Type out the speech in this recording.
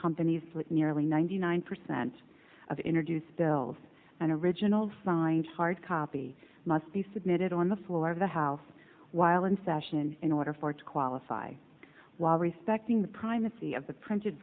companies that nearly ninety nine percent of introduced bills and original designs hard copy must be submitted on the floor of the house while in session in order for it to qualify while respecting the primacy of the printed